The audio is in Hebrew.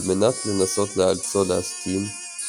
על מנת לנסות לאלצו להסכים,